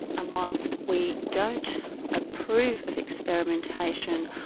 and whilst we don't approve of experimentation,